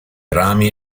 rami